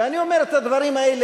אני אומר את הדברים האלה,